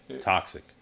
Toxic